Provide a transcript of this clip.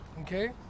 Okay